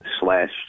slash